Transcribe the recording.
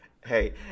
hey